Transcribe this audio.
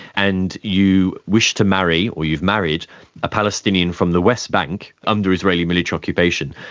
and you wish to marry or you've married a palestinian from the west bank under israeli military occupation,